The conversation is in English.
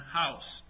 house